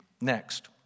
Next